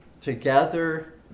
together